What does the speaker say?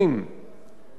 המלחמה הזאת,